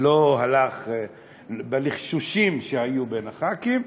לא היה בלחשושים שהיו בין חברי הכנסת: